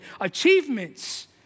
achievements